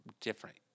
different